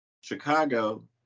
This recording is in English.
Chicago